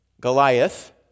Goliath